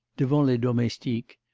devant les domestiques.